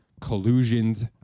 collusions